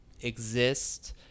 exist